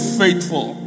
faithful